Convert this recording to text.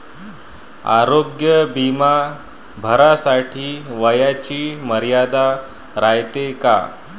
आरोग्य बिमा भरासाठी वयाची मर्यादा रायते काय?